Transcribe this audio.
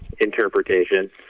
interpretation